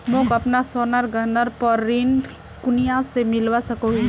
मोक अपना सोनार गहनार पोर ऋण कुनियाँ से मिलवा सको हो?